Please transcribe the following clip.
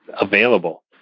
available